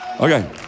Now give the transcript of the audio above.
Okay